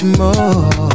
more